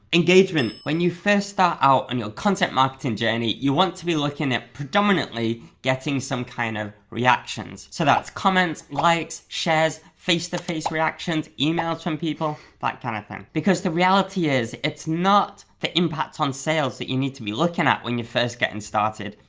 engagement. when you first start out on um your content marketing journey you want to be looking at predominantly getting some kind of reactions. so that's comments, likes, shares face-to-face reactions, emails from people. that like kind of thing. because the reality is, it's not the impact on sales that you need to be looking at when you're first getting started,